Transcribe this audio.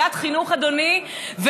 אדוני,